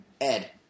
Ed